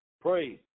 Praise